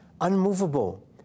unmovable